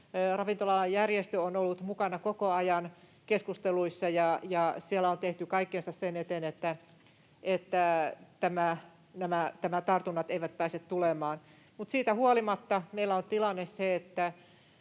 Ravintola-alan järjestö on ollut mukana koko ajan keskusteluissa, ja siellä on tehty kaikki sen eteen, että tartunnat eivät pääse tulemaan, mutta siitä huolimatta meillä on tilanne se, että